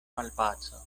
malpaco